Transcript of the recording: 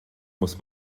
muss